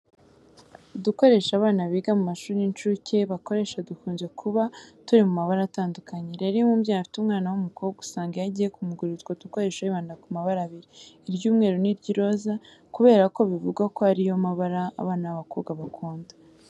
Udukoresho abana biga mu mashuri y'incuke bakoresha dukunze kuba turi mu mabara atandukanye. Rero iyo umubyeyi afite umwana w'umukobwa usanga iyo agiye kumugurira utwo dukoresho yibanda ku mabara abiri iry'umweru n'iry'iroze kubera bivugwa ko ari yo mabara abana b'abakobwa bakunda.